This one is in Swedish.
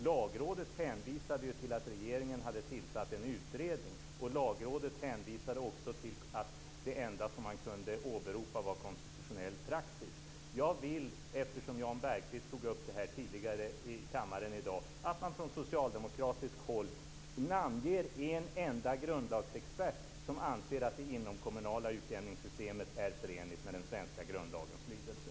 Lagrådet hänvisade ju till att regeringen hade tillsatt en utredning samt till att det enda man kunde åberopa var konstitutionell praxis. Jag vill, eftersom Jan Bergqvist tog upp detta tidigare i kammaren i dag, att man från socialdemokratiskt håll namnger en enda grundlagsexpert som anser att det inomkommunala utjämningssystemet är förenligt med den svenska grundlagens lydelse.